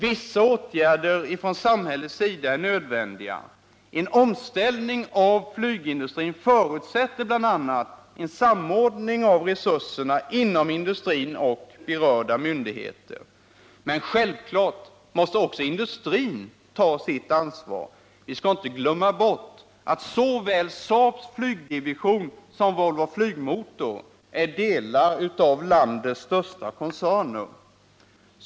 Vissa åtgärder från samhällets sida är nödvändiga. En omställning av flygindustrin förutsätter bl.a. en samordning av resurserna inom industrin och berörda myndigheter. Men självfallet måste också industrin ta sitt ansvar. Vi skall inte glömma bort att såväl Saabs flygdivision som Volvo Flygmotor är delar av landets största koncerner.